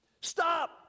Stop